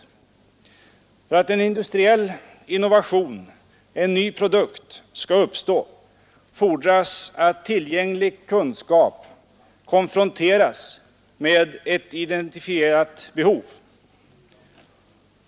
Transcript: För att en industriell innovation, en ny produkt, skall uppstå fordras att tillgänglig kunskap konfronteras med ett indentifierat behov.